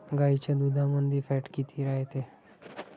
गाईच्या दुधामंदी फॅट किती रायते?